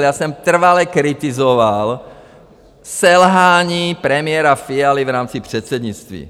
Já jsem trvale kritizoval selhání premiéra Fialy v rámci předsednictví.